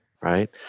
right